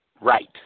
right